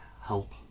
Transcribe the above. help